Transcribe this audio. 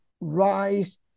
rice